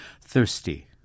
thirsty